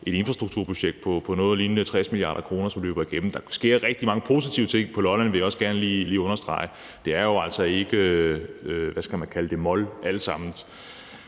et infrastrukturbudget på noget, der ligner 60 mia. kr., som løber igennem. Der sker rigtig mange positive ting på Lolland, vil jeg også gerne lige understrege. Det er jo altså ikke i mol alt sammen.